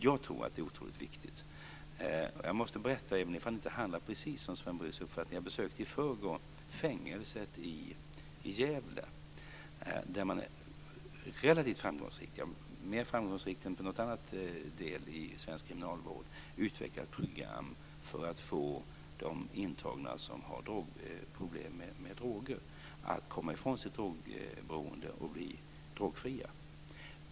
Jag tror att det är otroligt viktigt. Jag måste berätta, även om det inte handlar precis om Sven Brus uppfattning, att jag i förrgår besökte fängelset i Gävle. Där har man relativt framgångsrikt - mer framgångsrikt än i någon annan del i svensk kriminalvård - utvecklat program för att få de intagna som har drogproblem att komma ifrån sitt beroende och bli drogfria.